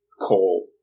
coal